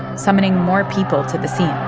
summoning more people to the scene.